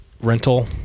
Rental